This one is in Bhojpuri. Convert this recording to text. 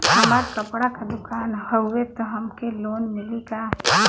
हमार कपड़ा क दुकान हउवे त हमके लोन मिली का?